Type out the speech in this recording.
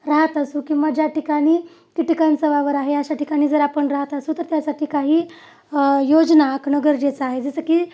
राहत असो किंवा ज्या ठिकाणी कीटकांचा वावर आहे अशा ठिकाणी जर आपण राहत असू तर त्यासाठी काही योजना करणं गरजेचं आहे जसं की